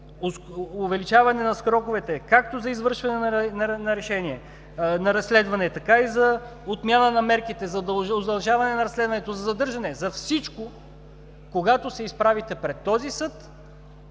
увеличаване на сроковете, както за извършване на решение, на разследване, така и за отмяна на мерките за удължаване на разследването, за задържане, за всичко. Когато се изправите пред този съд